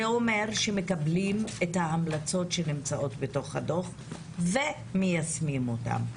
זה אומר שמקבלים את ההמלצות בדוח ומיישמים אותן.